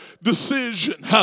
decision